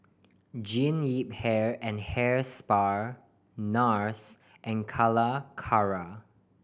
Jean Yip Hair and Hair Spa Nars and Calacara